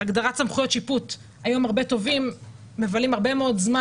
הגדרת סמכויות שיפוט היום הרבה תובעים מבלים הרבה מאוד זמן,